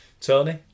Tony